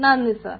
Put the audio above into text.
നന്ദി സാർ